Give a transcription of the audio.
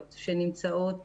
וחשוב להזכיר